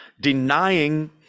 Denying